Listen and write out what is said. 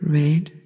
red